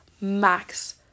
max